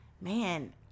man